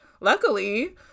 luckily